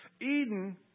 Eden